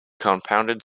compounded